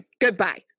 Goodbye